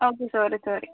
okay sorry sorry